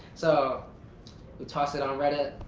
so we toss it on reddit.